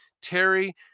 Terry